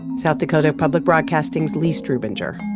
south dakota public broadcasting's lee strubinger